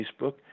Facebook